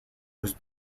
was